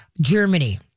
germany